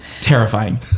terrifying